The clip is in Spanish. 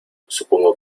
supongo